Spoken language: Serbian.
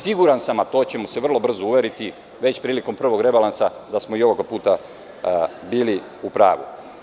Siguran sam, a to ćemo se vrlo brzo uveriti, već prilikom prvog rebalansa, da smo i ovoga puta bili u pravu.